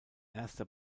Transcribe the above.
erster